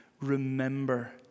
remember